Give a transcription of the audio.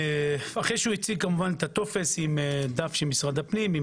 אחרי שהציג את הטופס עם דף של משרד הפנים עם